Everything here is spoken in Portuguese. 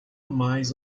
mais